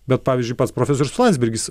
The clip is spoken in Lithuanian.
bet pavyzdžiui pats profesorius landsbergis